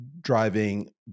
driving